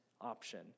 option